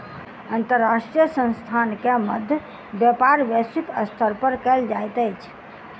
अंतर्राष्ट्रीय संस्थान के मध्य व्यापार वैश्विक स्तर पर कयल जाइत अछि